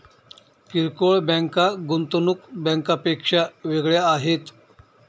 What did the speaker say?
किरकोळ बँका गुंतवणूक बँकांपेक्षा वेगळ्या आहेत